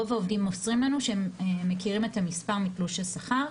רוב העובדים מוסרים לנו שהם מכירים את המספר מתלוש השכר.